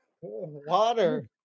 Water